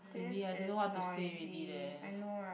baby I don't know what to say already eh